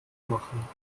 machen